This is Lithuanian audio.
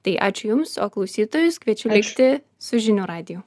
tai ačiū jums o klausytojus kviečiu likti su žinių radiju